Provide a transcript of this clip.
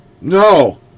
No